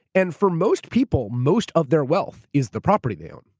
and for most people, most of their wealth is the property they own.